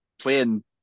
playing